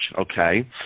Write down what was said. okay